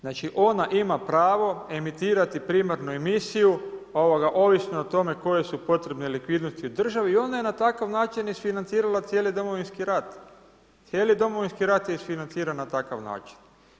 Znači ona ima pravo emitirati primarnu emisiju, ovisno o tome koje su potrebne likvidnosti u državi i onda je na takav način isfinancirala cijeli Domovinski rat, cijeli Domovinski rat je isfinanciran na takav način.